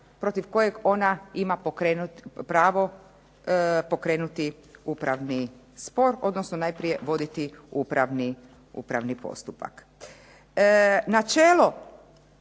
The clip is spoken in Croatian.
protiv kojeg ona ima pravo pokrenuti upravni spor odnosno najprije voditi upravni postupak. Načela